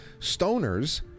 Stoners